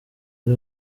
ari